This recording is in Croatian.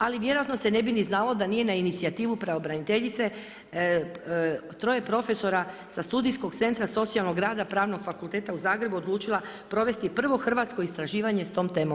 Ali vjerojatno se ne bi ni znalo da nije na inicijativu pravobraniteljice troje profesora sa Studijskog centra socijalnog rada Pravnog fakulteta u Zagrebu odlučila provesti prvo hrvatsko istraživanje s tom temom.